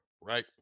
right